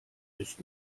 ist